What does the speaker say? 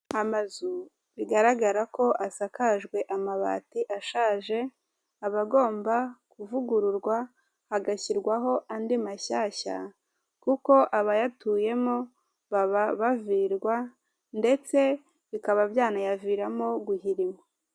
Amazu bigaragara ko asakajwe amabati ashaje, aba agomba kuvugururwa hagashyirwaho andi mashyashya; kuko abayatuyemo baba bavirwa ndetse bikaba byanayaviramo guhirima.